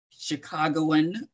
Chicagoan